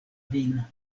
vino